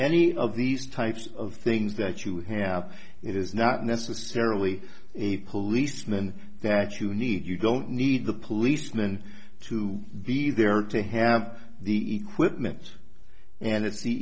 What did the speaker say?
any of these types of things that you have it is not necessarily a policeman that you need you don't need the policeman to be there to have the equipment and it's the